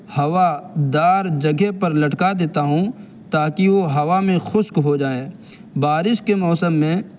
ہوا دار جگہ پر لٹکا دیتا ہوں تاکہ وہ ہوا میں خشک ہو جائیں بارش کے موسم میں